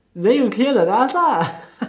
then you clear the last lah